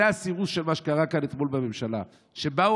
זה הסירוס של מה שקרה כאן אתמול בממשלה: באו